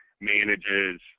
manages